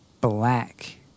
black